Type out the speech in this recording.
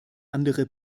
andere